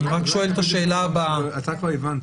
אני רק שואל את השאלה הבאה --- אולי לא הבנת.